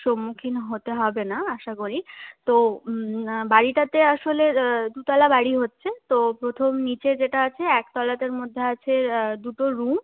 সম্মুখীন হতে হবে না আশা করি তো বাড়িটাতে আসলে দু তলা বাড়ি হচ্ছে তো প্রথম নীচে যেটা আছে একতলাতে মধ্যে আছে আছে দুটো রুম